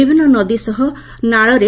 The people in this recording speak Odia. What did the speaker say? ବିଭିନୁ ନଦୀ ସହ ନାଳରେ